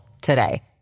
today